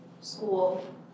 school